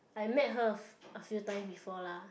I met her a few times before lah